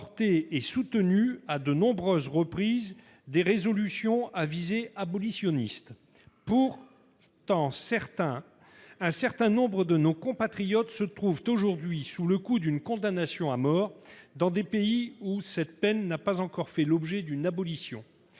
et soutenu à de nombreuses reprises des résolutions à visée abolitionniste. Néanmoins, un certain nombre de nos compatriotes se trouvent aujourd'hui sous le coup d'une condamnation à mort, dans des pays où cette peine n'a pas encore fait l'objet d'une abolition.